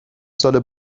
سال